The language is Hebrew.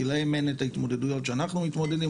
כי להם אין את ההתמודדויות שאנחנו מתמודדים.